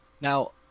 Now